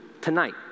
tonight